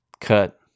cut